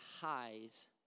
highs